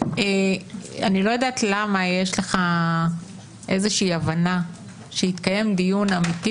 אני לא יודעת למה יש לך איזושהי הבנה שיתקיים דיון אמיתי